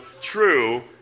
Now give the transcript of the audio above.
true